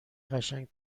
قشنگ